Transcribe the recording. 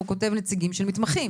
הוא כותב נציגים של מתמחים.